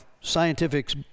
scientifics